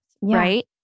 right